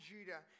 Judah